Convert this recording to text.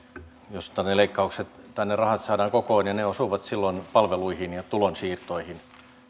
joista ne rahat saadaan kokoon ja ne osuvat silloin palveluihin ja tulonsiirtoihin tämä